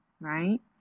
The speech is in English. right